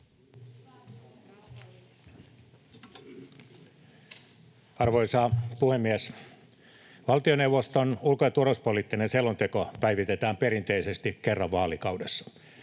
Arvoisa puhemies! Valtioneuvoston ulko- ja turvallisuuspoliittinen selonteko päivitetään perinteisesti kerran vaalikaudessa.